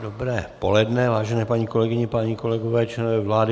Dobré poledne, vážené paní kolegyně, páni kolegové, členové vlády.